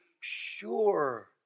sure